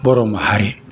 बर' माहारि